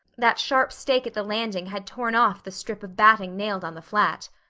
that sharp stake at the landing had torn off the strip of batting nailed on the flat.